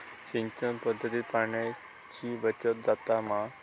सिंचन पध्दतीत पाणयाची बचत जाता मा?